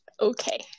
Okay